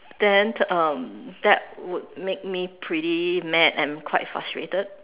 then um that would make me pretty mad and quite frustrated